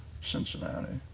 Cincinnati